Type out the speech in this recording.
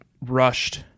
rushed